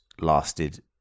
lasted